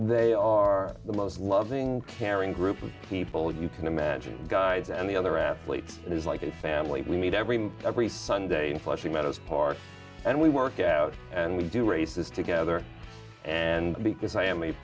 they are the most loving caring group of people you can imagine guys and the other athletes is like a family we meet every every sunday in flushing meadows park and we work out and we do races together and because i am